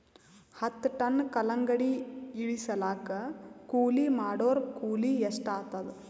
ಹತ್ತ ಟನ್ ಕಲ್ಲಂಗಡಿ ಇಳಿಸಲಾಕ ಕೂಲಿ ಮಾಡೊರ ಕೂಲಿ ಎಷ್ಟಾತಾದ?